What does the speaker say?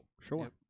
Sure